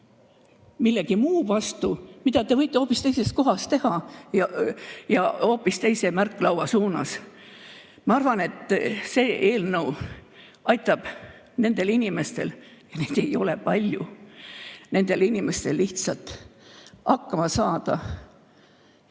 millegi muu vastu, mida te võite hoopis teises kohas teha ja hoopis teise märklaua suunas. Ma arvan, et see eelnõu aitab nendel inimestel – ja neid ei ole palju – lihtsalt hakkama saada ja